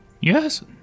Yes